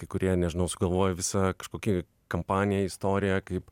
kai kurie nežinau sugalvoja visą kažkokį kampaniją istoriją kaip